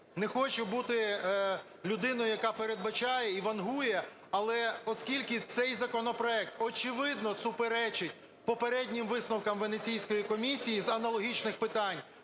Не хочу бути людиною, яка передбачає і вангує, але оскільки цей законопроект очевидно суперечить попереднім висновкам Венеційської комісії з аналогічних питань,